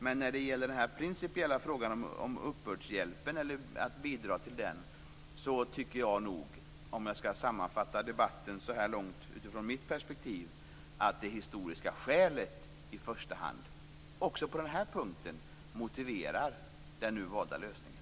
Men när det gäller den principiella frågan om att bidra till uppbördshjälpen tycker jag nog - om jag skall sammanfatta debatten så här långt - att det historiska skälet i första hand också på den här punkten motiverar den nu valda lösningen.